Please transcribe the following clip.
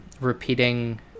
repeating